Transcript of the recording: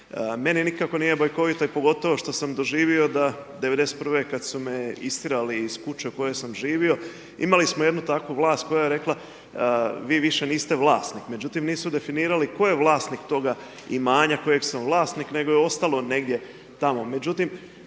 Meni nije nikako bajkovito i pogotovo što sam doživio '91. kad su me istjerali iz kuće u kojoj sam živio, imali smo jednu takvu vlast koja je rekla vi više niste vlasnik. Međutim, nisu definirali tko je vlasnik toga imanja kojeg sam vlasnik, nego je ostalo negdje tamo.